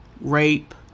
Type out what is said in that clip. rape